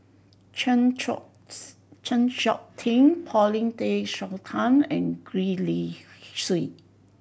Chng Seok Chng Seok Tin Paulin Tay Straughan and Gwee Li Sui